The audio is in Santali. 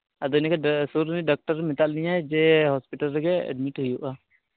ᱟᱫᱚ ᱟᱹᱞᱤᱧ ᱫᱚ ᱥᱩᱨ ᱨᱮᱜᱮ ᱰᱟᱠᱴᱚᱨ ᱢᱮᱛᱟᱫ ᱞᱤᱧᱟᱹ ᱡᱮ ᱦᱚᱥᱯᱤᱴᱟᱞ ᱨᱮᱜᱮ ᱮᱰᱢᱤᱴ ᱦᱩᱭᱩᱜᱼᱟ